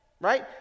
right